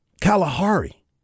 Kalahari